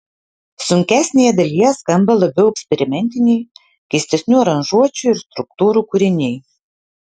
sunkesnėje dalyje skamba labiau eksperimentiniai keistesnių aranžuočių ir struktūrų kūriniai